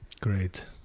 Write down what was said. Great